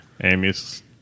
Amy's